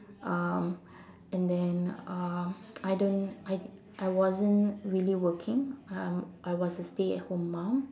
um and then um I don't I I wasn't really working um I was a stay at home mum